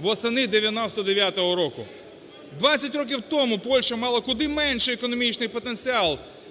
восени 99-го року. Двадцять років тому Польща мала куди менший економічний потенціал,